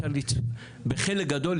בחלק גדול,